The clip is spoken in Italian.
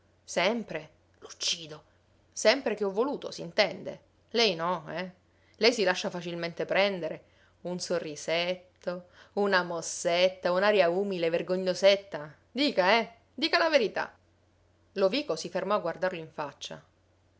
sempre l'uccido sempre che ho voluto s'intende lei no eh lei si lascia facilmente prendere un sorrisetto una mossetta un'aria umile vergognosetta dica eh dica la verità lovico si fermò a guardarlo in faccia